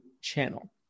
channel